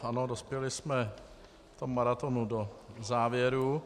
Ano, dospěli jsme v tom maratonu do závěru.